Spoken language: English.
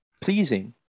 pleasing